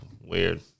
weird